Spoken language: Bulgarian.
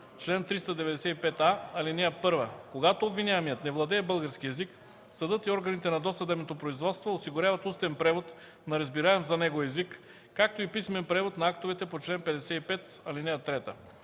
Чл. 395а. (1) Когато обвиняемият не владее български език, съдът и органите на досъдебното производство осигуряват устен превод на разбираем за него език, както и писмен превод на актовете по чл. 55, ал. 3.